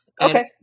Okay